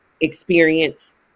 experience